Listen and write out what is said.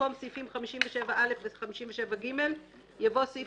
במקום "(סעיפים 57א ו-57ג)" יבוא "(סעיף